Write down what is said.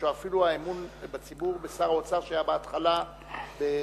אפילו אמון הציבור בשר האוצר שהיה בהתחלה בעיון,